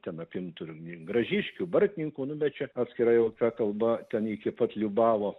ten apimtų ir gražiškių bartninkų nu bet čia atskira jau apie kalba ten iki pat liubavo